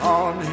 on